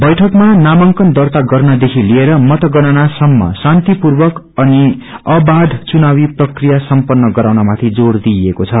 बैठकमा नामाङन दार्ता गनदेखि लिएर मत गणना समम शान्ति पूर्वक अनि अवाध पुनावी प्रक्रिया सम्पन्न गराउने मागी जोड़ दिइएको छ